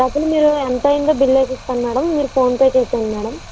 డబ్బులు మీరు ఎంతయిందో బిల్ వేసిస్తాను మేడమ్ మీరు ఫోన్ పే చేయండి మేడమ్